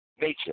Nature